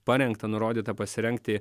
parengta nurodyta pasirengti